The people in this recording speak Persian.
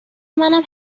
منم